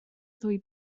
ddwy